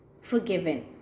forgiven